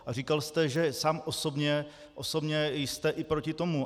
A říkal jste, že sám osobně jste i proti tomu.